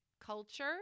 Culture